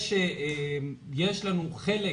יש לנו חלק,